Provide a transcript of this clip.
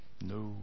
No